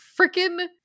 freaking